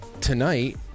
tonight